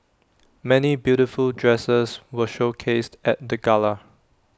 many beautiful dresses were showcased at the gala